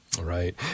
Right